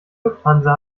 lufthansa